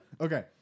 Okay